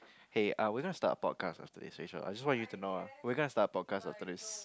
hey I wasn't start a podcast after this Rachel I just wanna let you know lah we're gonna start a podcast after this